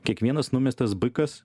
kiekvienas numestas bikas